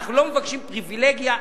אנחנו לא מבקשים פריווילגיה,